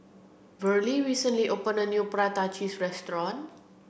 Verlie recently opened a new Prata Cheese Restaurant